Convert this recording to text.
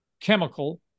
chemical